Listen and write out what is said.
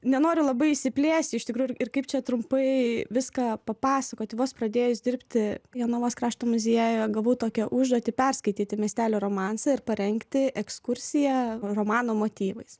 nenoriu labai išsiplėst iš tikrųjų ir kaip čia trumpai viską papasakoti vos pradėjus dirbti jonavos krašto muziejuje gavau tokią užduotį perskaityti miestelio romansą ir parengti ekskursiją romano motyvais